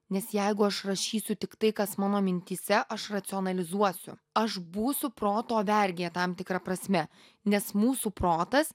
nes jeigu aš rašysiu tik tai kas mano mintyse aš racionalizuosiu aš būsiu proto vergė tam tikra prasme nes mūsų protas